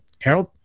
Harold